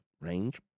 range